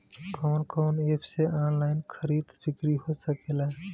कवन कवन एप से ऑनलाइन खरीद बिक्री हो सकेला?